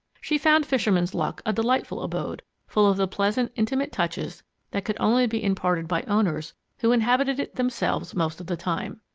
she found fisherman's luck a delightful abode, full of the pleasant, intimate touches that could only be imparted by owners who inhabited it themselves most of the time.